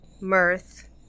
Mirth